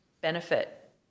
benefit